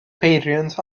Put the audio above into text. peiriant